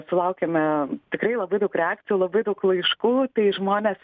sulaukėme tikrai labai daug reakcijų labai daug laiškų tai žmonės